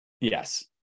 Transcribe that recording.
Yes